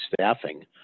staffing